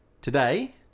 Today